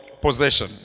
possession